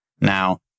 Now